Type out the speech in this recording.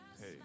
hey